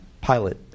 pilot